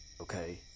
okay